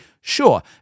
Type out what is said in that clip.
Sure